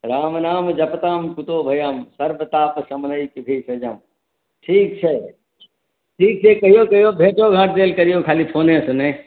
राम नाम जपताम कुतो भयम सर्व ताप शमनैक भेषजम ठीक छै ठीक छै कहियौ कहियौ भेंटो घाट देल करियौ खाली फोने से नहि